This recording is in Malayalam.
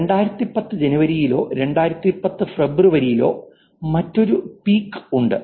2010 ജനുവരിയിലോ 2010 ഫെബ്രുവരിയിലോ മറ്റൊരു പീക്ക് ഉണ്ട്